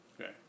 Okay